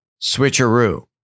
switcheroo